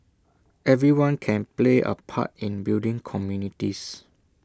everyone can play A part in building communities